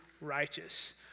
righteous